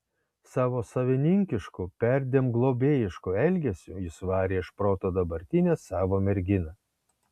savo savininkišku perdėm globėjišku elgesiu jis varė iš proto dabartinę savo merginą